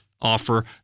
offer